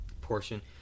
portion